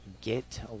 get